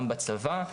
כך אין גם בצבא,